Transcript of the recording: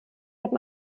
haben